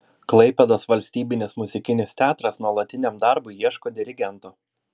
klaipėdos valstybinis muzikinis teatras nuolatiniam darbui ieško dirigento